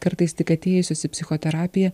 kartais tik atėjusios į psichoterapiją